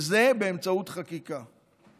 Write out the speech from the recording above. וזה באמצעות חקיקה.